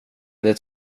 det